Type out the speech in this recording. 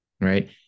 right